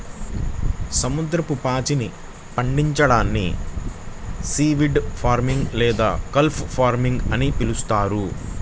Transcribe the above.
సముద్రపు పాచిని పండించడాన్ని సీవీడ్ ఫార్మింగ్ లేదా కెల్ప్ ఫార్మింగ్ అని పిలుస్తారు